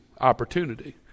opportunity